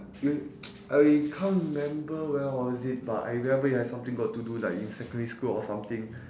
wait I can't remember when was it but I remember it has something got to do like in secondary school or something